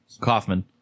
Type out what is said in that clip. Kaufman